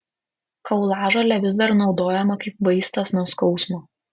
kaulažolė vis dar naudojama kaip vaistas nuo skausmo